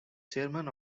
chairman